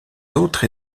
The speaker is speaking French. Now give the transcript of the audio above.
autres